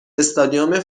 استادیوم